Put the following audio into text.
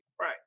Right